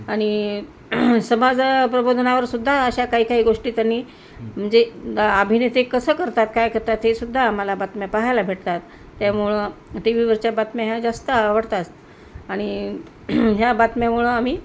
आणि समाज प्रबोधनावरसुद्धा अशा काही काही गोष्टी त्यांनी म्हणजे अभिनेते कसं करतात काय करतात हे सुद्धा आम्हाला बातम्या पाहायला भेटतात त्यामुळं टी व्हीवरच्या बातम्या ह्या जास्त आवडतात आणि ह्या बातम्यामुळं आम्ही